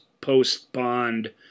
post-Bond